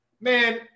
man